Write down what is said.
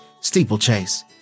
Steeplechase